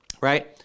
right